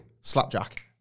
Slapjack